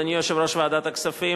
אדוני יושב-ראש ועדת הכספים,